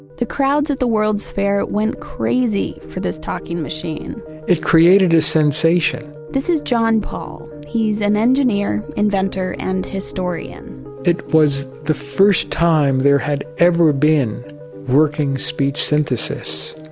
the crowds at the world's fair went crazy for this talking machine it created a sensation this is john paul, he's an engineer, inventor, and historian it was the first time there had ever been working speech synthesis,